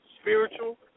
spiritual